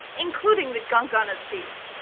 including the gunk on his teeth.